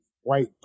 white